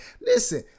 listen